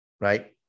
right